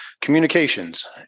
communications